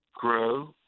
grow